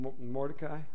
Mordecai